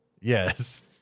Yes